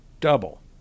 double